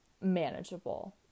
manageable